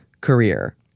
career